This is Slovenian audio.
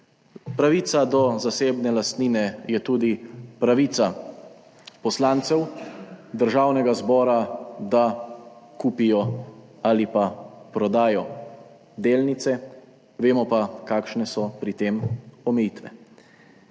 Pravica do zasebne lastnine je tudi pravica poslancev Državnega zbora, da kupijo ali prodajo delnice. Vemo pa, kakšne so pri tem omejitve.